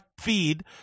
feed